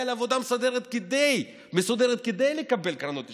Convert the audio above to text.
לעבודה מסודרת כדי לקבל קרנות השתלמות.